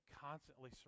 constantly